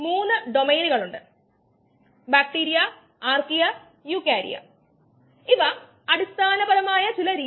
product formation കൈനെറ്റിക്സിനായുള്ള Luedeking Piret മോഡലും നമ്മൾ കണ്ടു